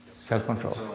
self-control